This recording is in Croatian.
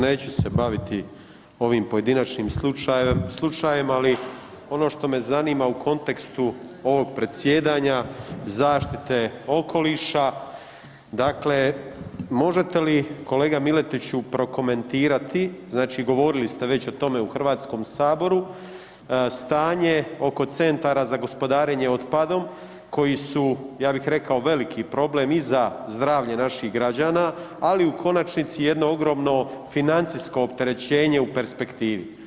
Neću se baviti ovim pojedinačnim slučajevima, ali ono što me zanima u kontekstu ovog predsjedanja, zaštite okoliša, dakle, možete li, kolega Miletiću, prokomentirati, znači govorili ste već o tome u Hrvatskome saboru, stanje oko centara za gospodarenje otpadom koji su, ja bih rekao veliki problem i za zdravlje naših građana, ali u konačnici, jedno ogromno financijsko opterećenje u perspektivi.